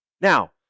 Now